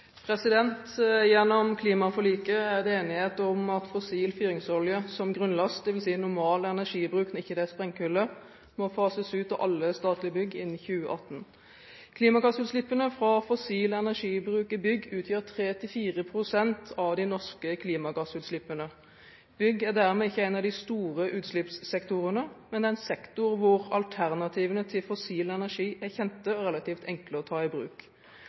Gjennom klimaforliket er det enighet om at fossil fyringsolje som grunnlast – dvs. normal energibruk når det ikke er sprengkulde – må fases ut av alle statlige bygg innen 2018. Klimagassutslippene fra fossil energibruk i bygg utgjør 3–4 pst. av de norske klimagassutslippene. Bygg er dermed ikke en av de store utslippssektorene, men det er en sektor hvor alternativene til fossil energi er kjente og relativt enkle å ta i bruk.